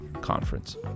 Conference